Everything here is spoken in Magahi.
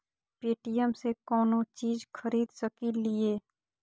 पे.टी.एम से कौनो चीज खरीद सकी लिय?